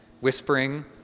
whispering